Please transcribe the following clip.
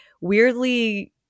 weirdly